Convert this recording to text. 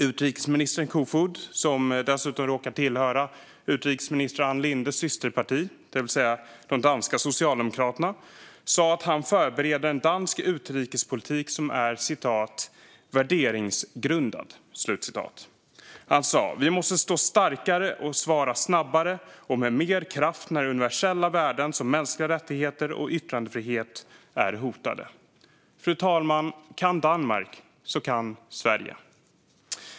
Utrikesminister Kofod, som dessutom råkar tillhöra utrikesminister Ann Lindes systerparti, det vill säga de danska socialdemokraterna, sa att han förbereder en dansk utrikespolitik som är värderingsgrundad. Han sa vidare att "vi måste stå starkare, svara snabbare och med mer kraft när universella värden som mänskliga rättigheter och yttrandefrihet är hotade". Fru talman! Om Danmark kan kan också Sverige.